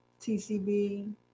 TCB